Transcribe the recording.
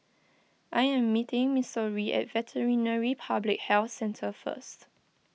I am meeting Missouri at Veterinary Public Health Centre first